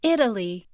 Italy